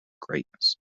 greatness